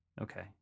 Okay